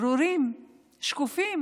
ברורות ושקופות?